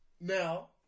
now